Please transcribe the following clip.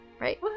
Right